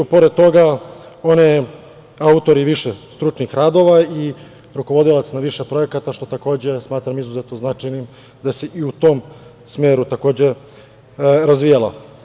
Pored toga, ona je autor i više stručnih radova i rukovodilac na više projekata, što smatram izuzetno značajnim da se i u tom smeru takođe razvijala.